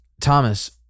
Thomas